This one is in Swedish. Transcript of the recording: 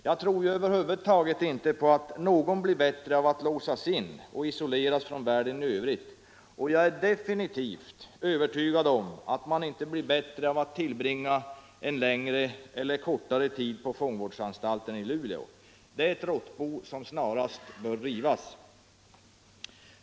Jag tror över huvud taget inte på att någon blir bättre av att låsas in och isoleras från världen i övrigt, och jag är definitivt övertygad om att man inte blir bättre av att tillbringa längre eller kortare tid på fångvårdsanstalten i Luleå. Det är ett råttbo som snarast bör rivas.